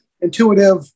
intuitive